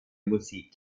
musik